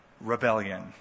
rebellion